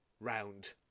round